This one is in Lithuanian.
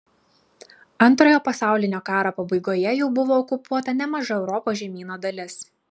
antrojo pasaulinio karo pabaigoje jau buvo okupuota nemaža europos žemyno dalis